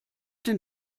den